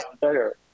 better